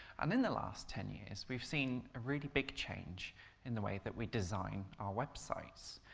um in the last ten years we've seen a really big change in the way that we design our websites.